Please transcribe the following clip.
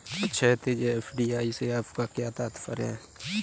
क्षैतिज, एफ.डी.आई से आपका क्या तात्पर्य है?